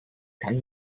kann